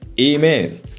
Amen